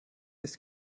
ist